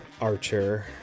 Archer